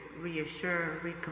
reassure